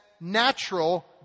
natural